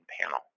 panel